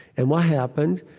and what happened?